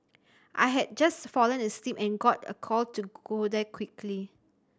I had just fallen asleep and got a call to go there quickly